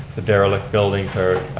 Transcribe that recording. the derelict buildings are